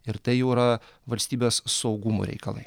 ir tai jau yra valstybės saugumo reikalai